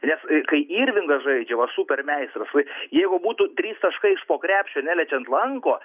nes kai irvingas žaidžia va super meistras jeigu būtų trys taškai iš po krepšio neliečiant lanko